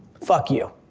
fuck you.